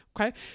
okay